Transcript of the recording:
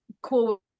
cool